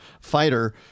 fighter